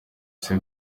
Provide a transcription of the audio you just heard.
ese